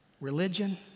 Religion